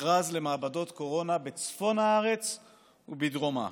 מכרז למעבדות קורונה בצפון הארץ ובדרומה.